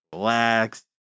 relax